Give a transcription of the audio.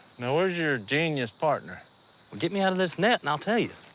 no, where's your genius partner? well get me out of this net and i'll tell you.